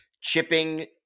chipping